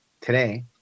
today